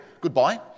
Goodbye